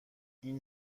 این